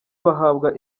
bahabwa